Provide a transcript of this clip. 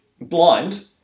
blind